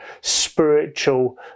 spiritual